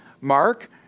Mark